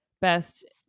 best